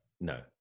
no